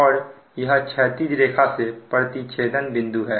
और यह क्षैतिज रेखा से प्रति छेदन बिंदु है